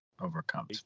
overcomes